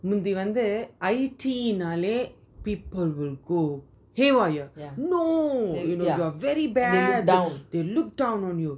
முந்தி வந்து:munthi vanthu I_T_E நாளே:naaley people will go haywire no yeah very bad they look down on you